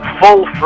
full